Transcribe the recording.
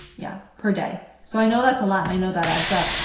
yeah, per day, so i know that's a lot and i know that adds up,